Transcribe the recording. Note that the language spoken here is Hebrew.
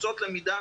קבוצות למידה,